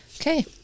Okay